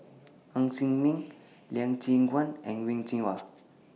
Ng Ser Miang Lee Choon Guan and Wen Jinhua